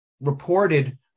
reported